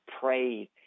prayed